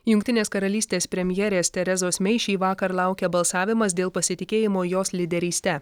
jungtinės karalystės premjerės terezos mei šįvakar laukia balsavimas dėl pasitikėjimo jos lyderyste